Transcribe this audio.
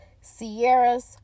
Sierra's